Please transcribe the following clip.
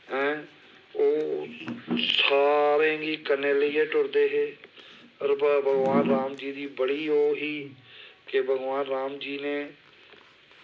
ऐं ओह् सारें गी कन्नै लेइयै टुरदे हे ते भगवान राम जी दी बड़ी ओह् ही कि भगवान राम जी ने